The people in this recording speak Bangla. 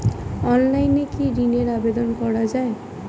অনলাইনে কি ঋণের আবেদন করা যায়?